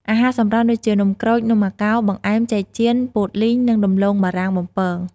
អាហារសម្រន់ ដូចជា នំក្រូច នំអាកោ បង្អែម ចេកចៀន ពោតលីង និងដំឡូងបារាំងបំពង។